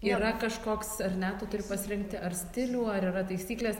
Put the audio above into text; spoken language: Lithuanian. yra kažkoks ar ne tu turi pasirinkti ar stilių ar yra taisyklės